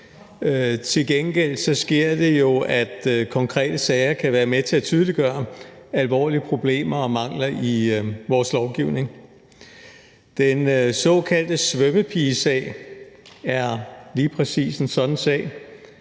Til gengæld sker det jo, at konkrete sager kan være med til at tydeliggøre alvorlige problemer og mangler i vores lovgivning. Den såkaldte svømmepigesag er lige præcis en sådan sag.